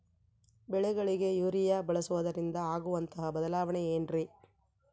ಬೆಳೆಗಳಿಗೆ ಯೂರಿಯಾ ಬಳಸುವುದರಿಂದ ಆಗುವಂತಹ ಬದಲಾವಣೆ ಏನ್ರಿ?